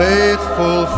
Faithful